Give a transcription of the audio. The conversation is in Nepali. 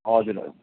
हजुर हजुर